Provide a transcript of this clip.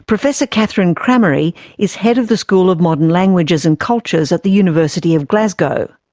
professor kathryn crameri is head of the school of modern languages and cultures at the university of glasgow.